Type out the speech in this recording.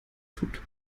tut